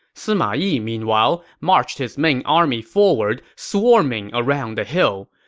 sima yi, meanwhile, marched his main army forward, swarming around the hill.